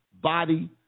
body